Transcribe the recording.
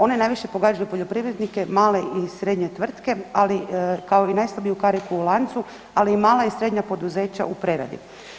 One najviše pogađaju poljoprivrednike, male i srednje tvrtke ali kao i najslabiju kariku u lancu, ali i mala i srednja poduzeća u preradi.